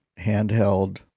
handheld